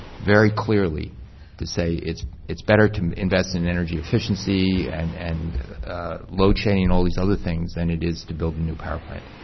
very clearly to say it's it's better to invest in energy efficiency and and load chain and all these other things, than it is to build a new power plant.